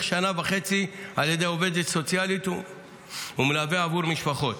שנה וחצי על ידי עובדת סוציאלית ומלווה עבור המשפחות